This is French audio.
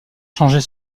changer